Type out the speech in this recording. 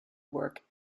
work